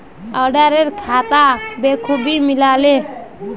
auditor खाता बखूबी मिला ले